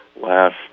last